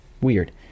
weird